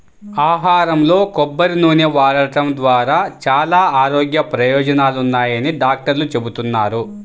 ఆహారంలో కొబ్బరి నూనె వాడటం ద్వారా చాలా ఆరోగ్య ప్రయోజనాలున్నాయని డాక్టర్లు చెబుతున్నారు